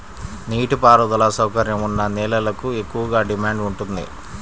నీటి పారుదల సౌకర్యం ఉన్న నేలలకు ఎక్కువగా డిమాండ్ ఉంటుంది